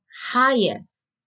highest